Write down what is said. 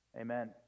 Amen